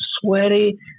sweaty